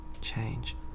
change